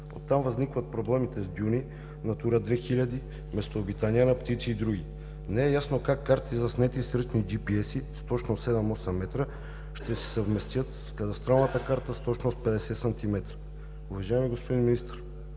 Оттам възникват проблемите с дюни, Натура 2000, местообитания на птици и други. Не е ясно как карти, заснети с ръчни GPS-и с точност 7-8 м, ще се съвместят с кадастралната карта с точност 50 см? Уважаеми господин Министър,